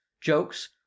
jokes